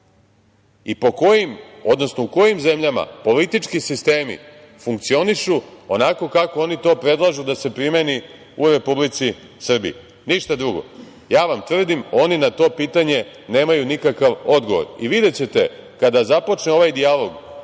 i po kojim, odnosno u kojim zemljama politički sistemi funkcionišu onako kako oni to predlažu da se primeni u Republici Srbiji. Ništa drugo. Tvrdim vam, oni na to pitanje nemaju nikakav odgovor. Videćete, kada započne ovaj dijalog